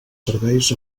serveis